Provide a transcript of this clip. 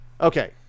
Okay